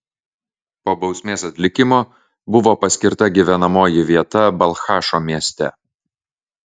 po bausmės atlikimo buvo paskirta gyvenamoji vieta balchašo mieste